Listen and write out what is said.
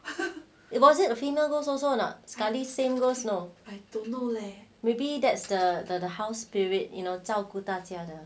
was it a female ghost also a not sekali same ghost you know maybe that's the the house spirit you know 照顾大家的